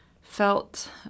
felt